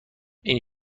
این